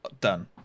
done